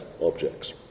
objects